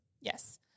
Yes